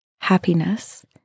happiness